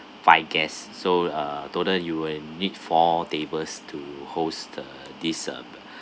five guests so uh total you will need four tables to host the this uh